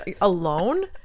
alone